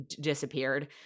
disappeared